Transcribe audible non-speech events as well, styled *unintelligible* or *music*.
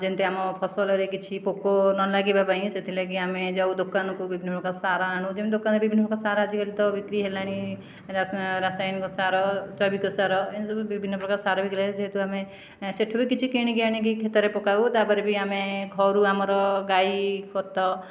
ଯେମିତି ଆମ ଫସଲରେ କିଛି ପୋକ ନ ଲାଗିବା ପାଇଁ ସେଥିଲାଗି ଆମେ ଯାଉ ଦୋକାନକୁ ବିଭିନ୍ନ ପ୍ରକାର ସାର ଆଣୁ ଯେମିତି ଦୋକାନରେ ବିଭିନ୍ନ ପ୍ରକାର ସାର ଆଜିକାଲି ତ ବିକ୍ରି ହେଲାଣି ରାସାୟନିକ ସାର ଜୈବିକ ସାର ଏମିତି ସବୁ ବିଭିନ୍ନ ପ୍ରକାର ସାର ବିକ୍ରି *unintelligible* ଯେହେତୁ ଆମେ ସେଠୁ ବି କିଛି କିଣିକି ଆଣିକି କ୍ଷେତରେ ପକାଉ ତା'ପରେ ବି ଆମେ ଘରୁ ଆମର ଗାଈ ଖତ